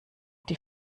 die